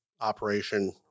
operation